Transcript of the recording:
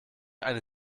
eine